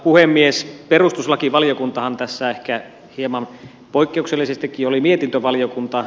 perustuslakivaliokuntahan tässä ehkä hieman poikkeuksellisestikin oli mietintövaliokunta